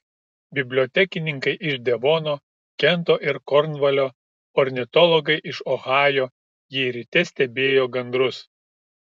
bibliotekininkai iš devono kento ir kornvalio ornitologai iš ohajo jie ryte stebėjo gandrus